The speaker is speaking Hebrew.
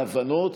להבנות.